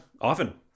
often